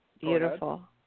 Beautiful